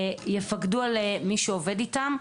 ויפקדו על מי שעובד איתם.